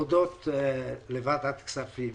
הודות לוועדת הכספים,